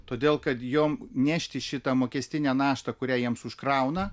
todėl kad jom nešti šitą mokestinę naštą kurią jiems užkrauna